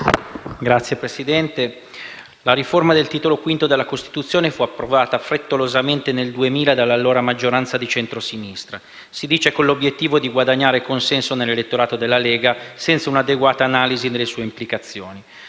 Signor Presidente, la riforma del Titolo V della Costituzione fu approvata frettolosamente nel 2001 dall'allora maggioranza di centrosinistra, si dice con l'obiettivo di guadagnare il consenso dell'elettorato della Lega, senza un'adeguata analisi delle sue implicazioni.